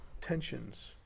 tensions